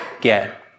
get